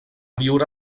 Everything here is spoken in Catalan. viure